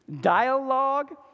Dialogue